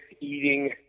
eating